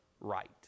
right